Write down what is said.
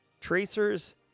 Tracers